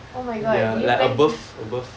oh my god do you plan